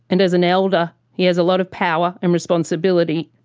and as an elder he has a lot of power and responsibility.